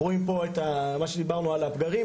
אנחנו רואים פה מה שדיברנו על הפגרים,